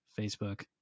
Facebook